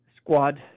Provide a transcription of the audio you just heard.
squad